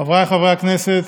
חבריי חברי הכנסת,